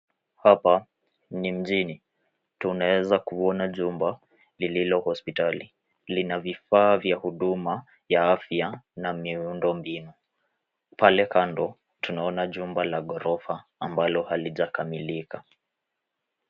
Hapa ni mjini. Tunaeza kuona jumba lililo hospitali. lina vifaa vya huduma, ya afya na miundo mbinu .Pale kando tunaona jumba la ghorofa ambalo halijakamilika.